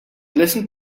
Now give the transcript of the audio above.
listened